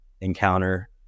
encounter